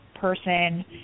person